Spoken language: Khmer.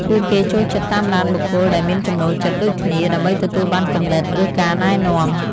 ពួកគេចូលចិត្តតាមដានបុគ្គលដែលមានចំណូលចិត្តដូចគ្នា ដើម្បីទទួលបានគំនិត ឬការណែនាំ។